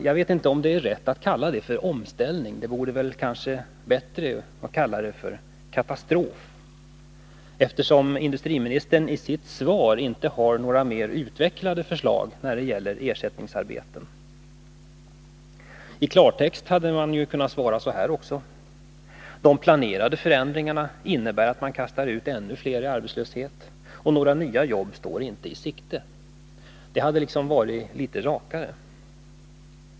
Jag vet inte om det är rätt att kalla det för omställning — det vore kanske bättre att kalla det för katastrof, eftersom industriministern i sitt svar inte har några mer utvecklade förslag när det gäller ersättningsarbeten. I klartext hade man ju kunnat svara så här också: ”De planerade förändringarna innebär att man kastar ut ännu fler i arbetslöshet, och några nya jobb står inte i sikte.” Det hade liksom varit litet rakare.